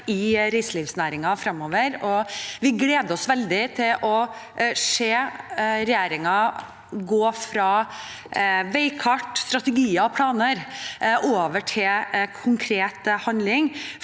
i reiselivsnæringen fremover. Vi gleder oss veldig til å se regjeringen gå fra veikart, strategier og planer over til konkret handling,